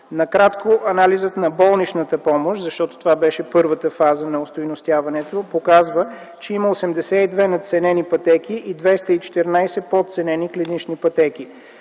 Накратко, анализът на болничната помощ, защото това беше първата фаза на остойностяването, показва, че има 82 надценени пътеки и 214 подценени клинични пътеки.